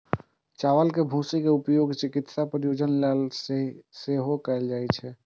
चावल के भूसी के उपयोग चिकित्सा प्रयोजन लेल सेहो कैल जाइ छै